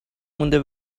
مونده